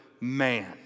man